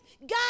God